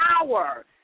power